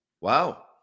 Wow